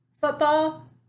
football